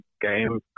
game